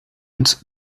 uns